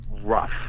rough